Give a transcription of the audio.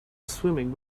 swimming